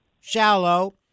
shallow